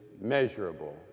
measurable